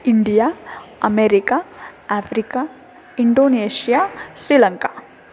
India America Africa Indonesia Sri Lanka